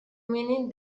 mínim